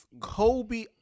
Kobe